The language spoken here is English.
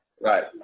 Right